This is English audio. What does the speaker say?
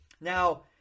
Now